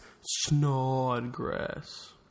Snodgrass